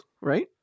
right